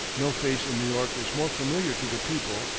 no face in new york was more familiar to the people,